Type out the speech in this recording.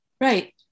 Right